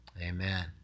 Amen